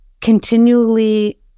continually